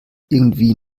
irgendwie